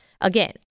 again